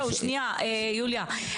אז זהו, שנייה, יוליה.